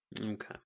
Okay